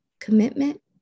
commitment